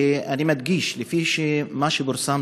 אני מדגיש: לפי מה שפורסם,